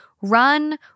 Run